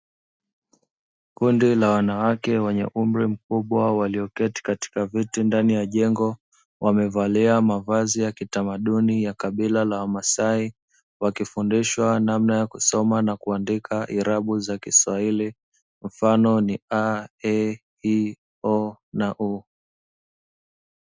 Kundi la wanawake wenye umri mkubwa walioketi katika viti ndani ya jengo wamevalia mavazi ya kitamaduni ya kabila la wamasai, wakifundishwa namna ya kusoma na kuandika irabu za kiswahili mfano ni a, e, i, o na u.